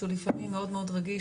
שהוא לפעמים מאוד רגיש,